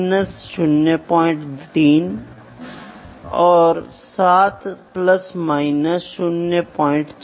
इनकी तुलना संबंधित संदर्भ राशियों और त्रुटि संकेतों से भी की जाती है जिनका उपयोग बिजली उत्पादन की पूरी प्रक्रिया को नियंत्रित करने के लिए किया जाता है